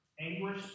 anguish